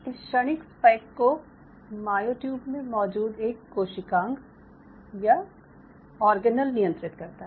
इस क्षणिक स्पाइक को मायोट्यूब में मौजूद एक कोशिकांग या ऑरगनेल नियंत्रित करता है